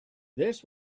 this